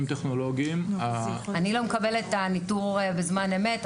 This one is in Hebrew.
טכנולוגיים --- אני לא מקבלת את הניטור בזמן אמת.